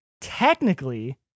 technically